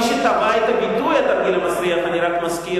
מי שטבע את הביטוי "התרגיל המסריח" אני רק מזכיר,